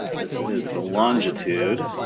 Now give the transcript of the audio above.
this is the longitude